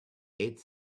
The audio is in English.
eight